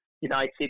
United